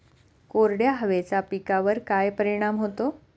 कोरड्या हवेचा पिकावर काय परिणाम होतो?